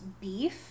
beef